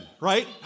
right